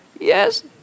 Yes